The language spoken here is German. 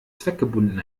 zweckgebunden